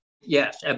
Yes